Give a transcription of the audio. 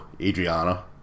Adriana